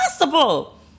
impossible